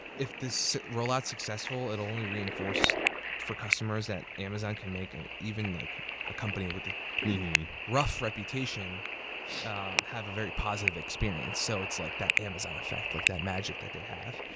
if this roll out's successful, it'll only reinforce for customers that amazon can make and even like a company with a pretty rough reputation have a very positive experience. so it's like that amazon effect, like that magic that they have.